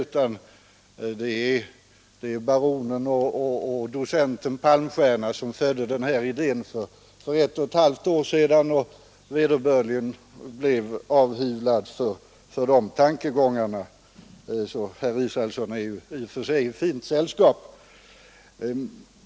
Den framfördes för ett och ett halvt år sedan av baronen och docenten Palmstierna, som blev vederbörligen avhyvlad för de tankegångarna, så herr Israelsson är i och för sig i fint sällskap.